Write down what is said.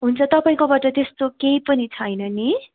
हुन्छ तपाईँकोबाट त्यस्तो केही पनि छैन नि